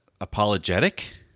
apologetic